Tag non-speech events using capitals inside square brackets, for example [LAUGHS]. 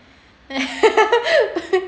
[LAUGHS]